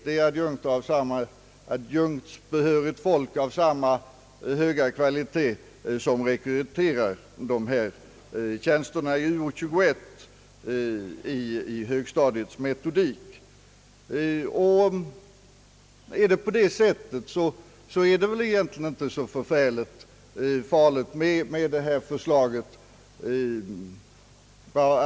Det är adjunktsbehörigt folk av samma höga kvalitet som rekryterar dessa tjänster i Uo 21 i högstadiets metodik. Om det förhåller sig på detta sätt är väl detta förslag inte så förfärligt farligt.